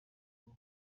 taio